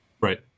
Right